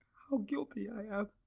how guilty i am